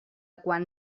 quan